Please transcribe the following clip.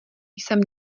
jsem